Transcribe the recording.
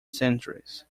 centuries